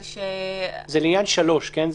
זה לעניין (3), כן?